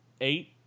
eight